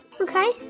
Okay